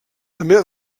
també